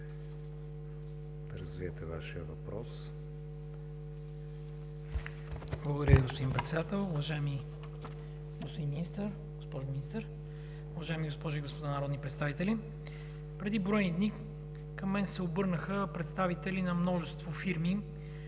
за България): Благодаря Ви, господин Председател. Уважаеми господин Министър, госпожо министър, уважаеми госпожи и господа народни представители! Преди броени дни към мен се обърнаха представители на множество фирми,